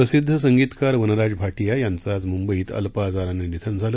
प्रसिद्ध संगीतकार वनराज भाटिया यांचं आज मुंबईत अल्प आजारानं निधन झालं